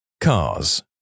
Cars